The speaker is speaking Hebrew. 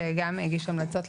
שגם הגיש המלצות,